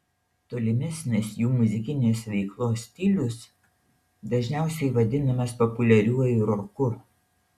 tolimesnės jų muzikinės veiklos stilius dažniausiai vadinamas populiariuoju roku